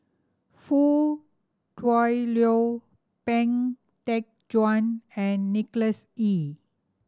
Foo Kui Liew Pang Teck Joon and Nicholas Ee